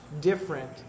different